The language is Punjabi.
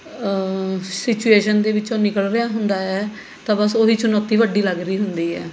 ਸਿਚੂਏਸ਼ਨ ਦੇ ਵਿੱਚੋਂ ਨਿਕਲ ਰਿਹਾ ਹੁੰਦਾ ਹੈ ਤਾਂ ਬਸ ਉਹ ਹੀ ਚੁਣੌਤੀ ਵੱਡੀ ਲੱਗ ਰਹੀ ਹੁੰਦੀ ਹੈ